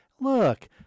look